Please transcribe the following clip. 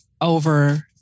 over